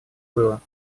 было